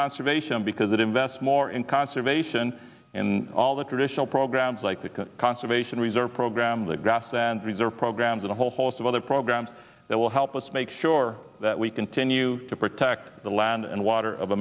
conservation because it invest more in conservation in all the traditional programs like the conservation reserve program the grass and reserve programs and a whole host of other programs that will help us make sure that we continue to protect the land and water of